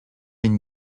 une